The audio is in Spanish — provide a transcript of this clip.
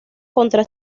contra